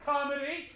Comedy